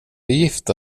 gifta